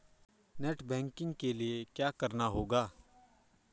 Net banking के लिए क्या करना होगा?